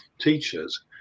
teachers